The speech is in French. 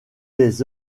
des